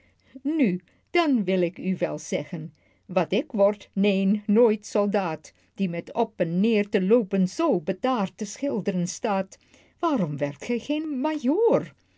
nu dan wil ik u wel zeggen wat ik word neen nooit soldaat die met op en neer te loopen zoo bedaard te schild'ren staat waarom werdt gij geen